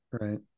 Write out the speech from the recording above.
Right